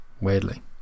weirdly